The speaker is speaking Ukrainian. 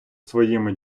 своїми